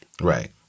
Right